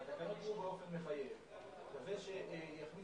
אז שהתקנות יהיו באופן מחייב כזה שיכניס